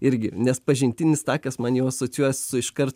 irgi nes pažintinis takas man jau asocijuojasi su iškart